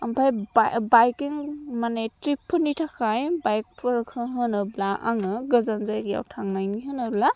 ओमफ्राय बाइकिं माने ट्रिपफोरनि थाखाय बाइकफोरखो होनोब्ला आङो गोजान जायगायाव थांनायनि होनोब्ला